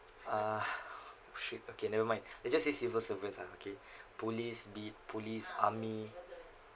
uh shit okay never mind we just say civil servants ah okay police be it police army